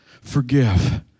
forgive